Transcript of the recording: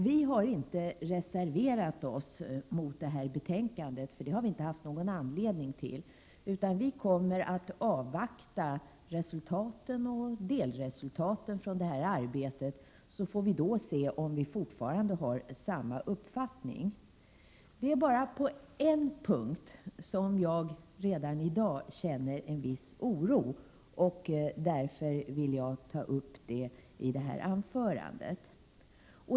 Vi har inte reserverat oss mot utskottets hemställan, vilket vi inte haft någon anledning att göra, utan vi avvaktar resultat och delresultat av detta arbete, så får vi se om vi fortfarande har samma uppfattning då. Det är bara på en punkt som jag redan i dag känner en viss oro, och det vill jag ta upp i detta anförande.